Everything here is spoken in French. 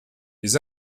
les